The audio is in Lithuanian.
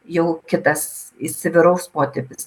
jau kitas įsivyraus potipis